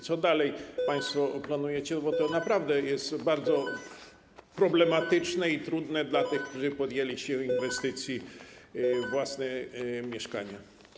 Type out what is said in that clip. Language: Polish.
Co dalej państwo planujecie, bo to naprawdę jest bardzo problematyczne i trudne dla tych, którzy podjęli się inwestycji we własne mieszkania.